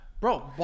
Bro